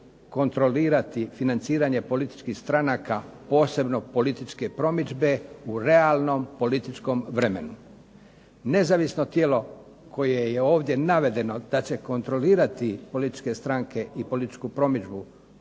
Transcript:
kontrolirati financiranje političkih stranka posebno političke promidžbe u realnom političkom vremenu. Nezavisno tijelo koje je ovdje navedeno da će kontrolirati političke stranke i političku promidžbu